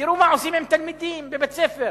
תראו מה עושים עם תלמידים בבית-ספר.